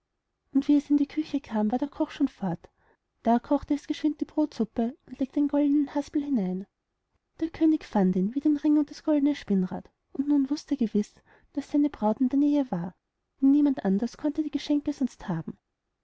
und wie es in die küche kam war der koch schon fort da kochte es geschwind die brodsuppe und legte den goldenen haspel hinein der könig fand ihn wie den ring und das goldne spinnrad und nun wußt er gewiß daß seine braut in der nähe war denn niemand anders konnte die geschenke sonst haben